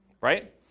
right